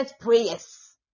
prayers